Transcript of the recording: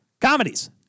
Comedies